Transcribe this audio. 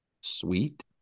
Sweet